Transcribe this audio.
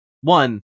one